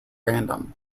random